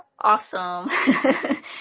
Awesome